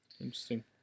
Interesting